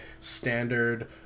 standard